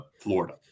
Florida